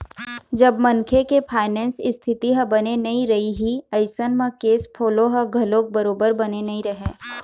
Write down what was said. जब मनखे के फायनेंस इस्थिति ह बने नइ रइही अइसन म केस फोलो ह घलोक बरोबर बने नइ रहय